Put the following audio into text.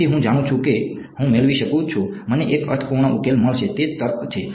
તેથી હું જાણું છું કે હું મેળવી શકું છું મને એક અર્થપૂર્ણ ઉકેલ મળશે તે તર્ક છે